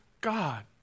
God